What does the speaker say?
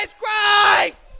Christ